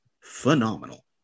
phenomenal